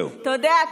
אתה יודע,